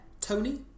Tony